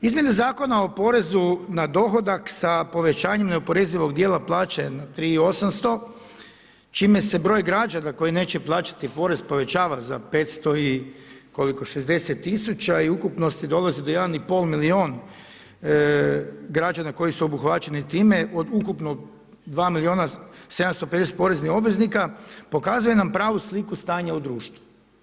Izmjene Zakona o porezu na dohodak sa povećanjem neoporezivog dijela plaće na 3800, čime se broj građana koji neće plaćati porez povećava za 560 tisuća i ukupnosti dolazi do 1,5 milijun građani koji su obuhvaćeni time od ukupno 2 milijuna 750 poreznih obveznika, pokazuje nam pravu sliku stanja u društvu.